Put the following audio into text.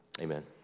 amen